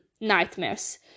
nightmares